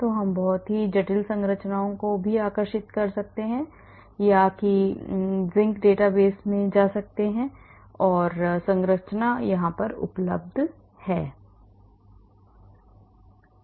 तो हम एक बहुत ही जटिल संरचनाओं को भी आकर्षित कर सकते हैं याजिंक डेटाबेस में जा सकते हैं और संरचना उपलब्ध है